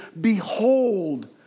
behold